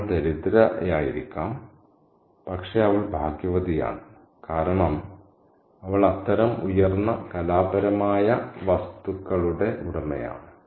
അവൾ ദരിദ്രയായിരിക്കാം പക്ഷേ അവൾ ഭാഗ്യവതിയാണ് കാരണം അവൾ അത്തരം ഉയർന്ന കലാപരമായ വസ്തുക്കളുടെ ഉടമയാണ്